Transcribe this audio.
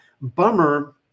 bummer